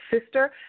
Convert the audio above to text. sister